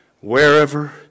wherever